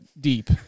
deep